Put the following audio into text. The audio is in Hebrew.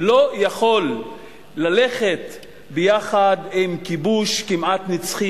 לא יכול ללכת ביחד עם כיבוש כמעט נצחי,